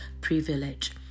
privilege